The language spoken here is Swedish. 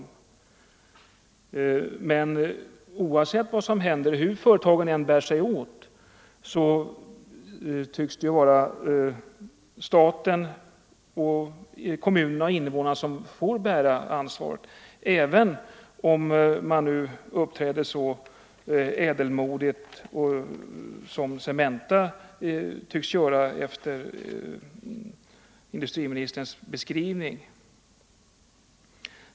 Men oavsett vad som händer och hur företagen än bär sig åt tycks det ju vara staten, kommunerna och invånarna som får bära ansvaret, även om man nu uppträder så ädelmodigt som Cementa tycks göra enligt industriministerns beskrivning.